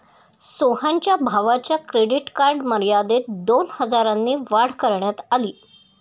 सोहनच्या भावाच्या credit card मर्यादेत दोन हजारांनी वाढ करण्यात आली